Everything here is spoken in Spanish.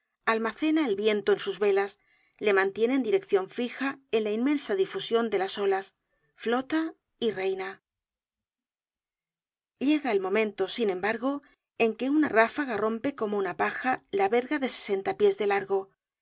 almacena el viento en sus velas le mantiene en direccion fija en la inmensa difusion de las olas flota y reina llega el momento sin embargo en que una ráfaga rompe como una paja la verga de sesenta pies de largo en